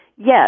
Yes